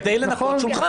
כדי לנקות שולחן.